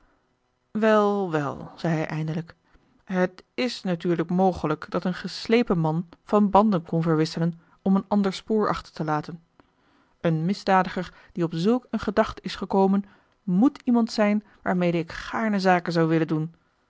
wel wel zei hij eindelijk het is natuurlijk mogelijk dat een geslepen man van banden kon verwisselen om een ander spoor achter te laten een misdadiger die op zulk een gedachte is gekomen moet iemand zijn waarmede ik gaarne zaken zou willen doen